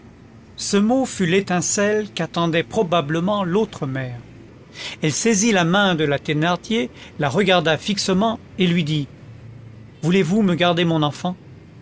ce mot fut l'étincelle qu'attendait probablement l'autre mère elle saisit la main de la thénardier la regarda fixement et lui dit voulez-vous me garder mon enfant